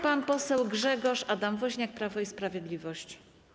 Pan poseł Grzegorz Adam Woźniak, Prawo i Sprawiedliwość.